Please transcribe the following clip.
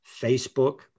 Facebook